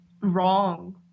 wrong